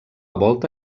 volta